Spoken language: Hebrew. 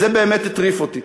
זה באמת הטריף אותי.